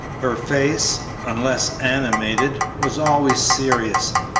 her face, unless animated, was always serious,